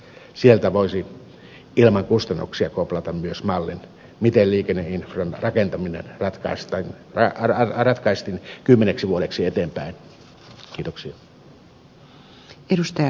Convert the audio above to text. sieltä voisi ilman kustannuksia koplata myös mallin miten liikenneinfran rakentaminen ratkaistaisiin kymmeneksi vuodeksi eteenpäin